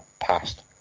past